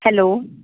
hello